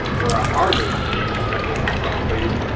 or a harder freeze rather than a soft freeze,